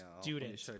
student